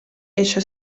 esce